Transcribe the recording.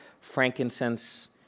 frankincense